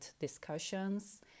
discussions